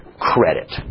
credit